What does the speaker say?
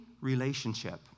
relationship